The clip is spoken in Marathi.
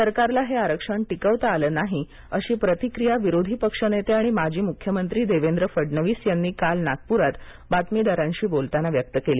सरकारला हे आरक्षण टिकवता आलं नाहीअशी प्रतिक्रिया विरोधी पक्षनेते आणि माजी मुख्यमंत्री देवेंद्र फडणवीस यांनी काल नागप्रात बातमीदारांशी बोलतांना व्यक्त केली